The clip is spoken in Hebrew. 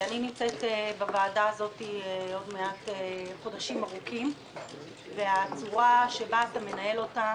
אני נמצאת בוועדה הזאת עוד מעט חודשים ארוכים והצורה שבה אתה מנהל אותה